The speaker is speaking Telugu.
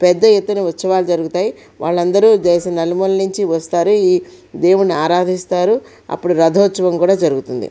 పెద్ద ఎత్తున ఉత్సవాలు జరుగుతాయి వాళ్ళందరూ దేశ నలుమూలల నుంచి వస్తారు ఈ దేవుణ్ణి ఆరాధిస్తారు అప్పుడు రథోత్సవం కూడా జరుగుతుంది